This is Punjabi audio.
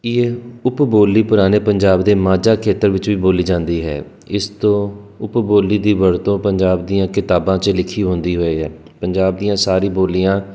ਇਹ ਉਪ ਬੋਲੀ ਪੁਰਾਣੇ ਪੰਜਾਬ ਦੇ ਮਾਝਾ ਖੇਤਰ ਵਿੱਚ ਵੀ ਬੋਲੀ ਜਾਂਦੀ ਹੈ ਇਸ ਤੋਂ ਉਪ ਬੋਲੀ ਦੀ ਵਰਤੋਂ ਪੰਜਾਬ ਦੀਆਂ ਕਿਤਾਬਾਂ 'ਚ ਲਿਖੀ ਹੁੰਦੀ ਹੈ ਪੰਜਾਬ ਦੀਆਂ ਸਾਰੀ ਬੋਲੀਆਂ